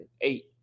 eight